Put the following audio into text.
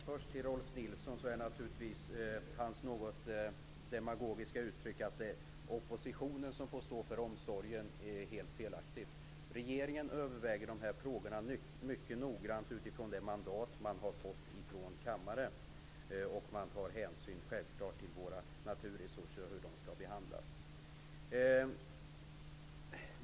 Herr talman! Rolf L Nilsons demagogiska uttryck att det är oppositionen som får stå för omsorgen helt felaktigt. Regeringen överväger dessa frågor mycket noggrant utifrån det mandat man har fått från kammaren. Man tar självfallet hänsyn till våra naturresurser och till hur de skall behandlas.